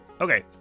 okay